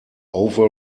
over